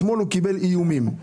אתמול הוא קיבל איומים.